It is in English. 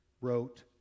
wrote